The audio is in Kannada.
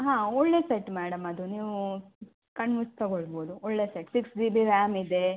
ಹಾಂ ಒಳ್ಳೇ ಸೆಟ್ ಮೇಡಮ್ ಅದು ನೀವು ಕಣ್ಣು ಮುಚ್ಚಿ ತಗೋಳ್ಬೋದು ಒಳ್ಳೆ set six G B RAM ಇದೆ